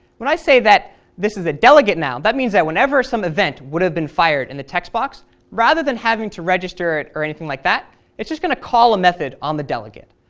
when i say that this is a delegate now that means that whenever some event would have been fired in the text box rather than having to register it or anything like that it's just going to call a method on the delegate.